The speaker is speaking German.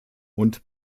und